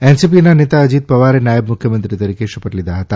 એનસીપીના નેતા અજીત પવારે નાયબ મુખ્યમંત્રી તરીકે શપથ લીધા હતા